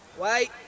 Wait